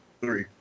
Three